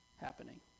happening